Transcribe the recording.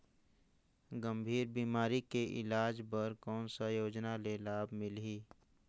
गंभीर बीमारी के इलाज बर कौन सा योजना ले लाभ मिलही?